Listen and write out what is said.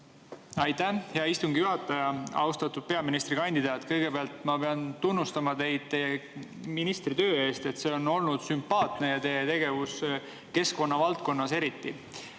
Aitäh, hea istungi juhataja! Austatud peaministrikandidaat! Kõigepealt pean tunnustama teid teie ministritöö eest. See on olnud sümpaatne, teie tegevus keskkonna valdkonnas eriti. Nüüd